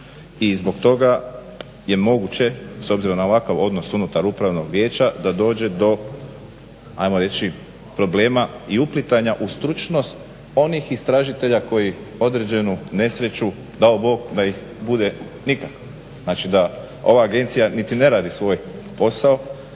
i zbog toga je moguće s obzirom na ovakav odnos unutar upravnog vijeća da dođe do ajmo reći problema i uplitanja u stručnost onih istražitelja koji određenu nesreću dao Bog da ih bude nikad. Znači da ova Agencija niti ne radi svoj posao